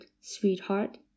sweetheart